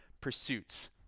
pursuits